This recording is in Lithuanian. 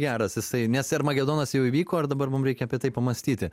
geras jisai nes armagedonas jau įvyko ir dabar mum reikia apie tai pamąstyti